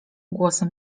głosem